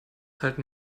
halten